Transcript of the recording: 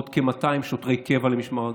עוד כ-200 שוטרי קבע למשמר הגבול.